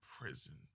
prison